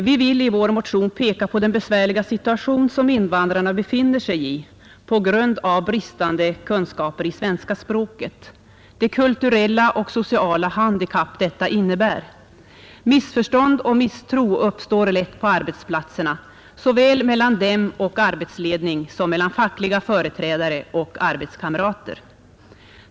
Vi vill i vår motion peka på den besvärliga situation som invandrarna befinner sig i på grund av bristande kunskaper i svenska språket, det kulturella och sociala handikapp detta innebär; missförstånd och misstro uppstår lätt på arbetsplatserna mellan å ena sidan invandrarna och å andra sidan såväl arbetsledning som fackliga företrädare och arbetskamrater.